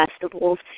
festivals